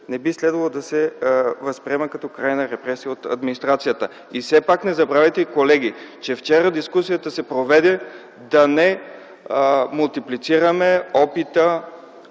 не би следвало да се възприема като крайна репресия от администрацията. И все пак не забравяйте, колеги, че вчера дискусията се проведе и да не мултиплицираме опита